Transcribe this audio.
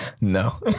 no